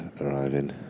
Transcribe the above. arriving